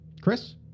Chris